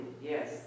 Yes